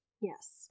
Yes